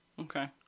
Okay